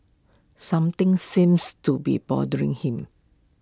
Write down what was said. something seems to be bothering him